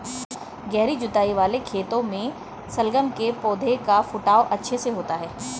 गहरी जुताई वाले खेतों में शलगम के पौधे का फुटाव अच्छे से होता है